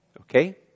Okay